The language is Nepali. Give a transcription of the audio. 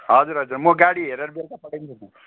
हजुर हजुर म गाडी हेरेर बेलुका पठाइदिन्छु